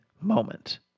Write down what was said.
moment